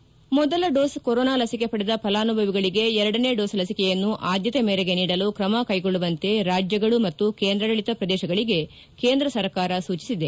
head ಮೊದಲ dose corona ಲಸಿಕೆ ಪಡೆದ ಫಲಾನುಭವಿಗಳಿಗೆ ಎರಡನೇ ಡೋಸ್ ಲಸಿಕೆಯನ್ನು ಆದ್ದತೆ ಮೇರೆಗೆ ನೀಡಲು ಕ್ರಮ ಕೈಗೊಳ್ಳುವಂತೆ ರಾಜ್ಯಗಳು ಮತ್ತು ಕೇಂದ್ರಾಡಳಿತ ಪ್ರದೇಶಗಳಿಗೆ ಕೇಂದ್ರ ಸರ್ಕಾರ ಸೂಚಿಸಿದೆ